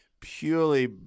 purely